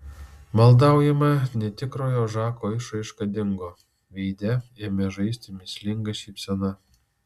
maldaujama netikrojo žako išraiška dingo veide ėmė žaisti mįslinga šypsena